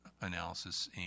analysis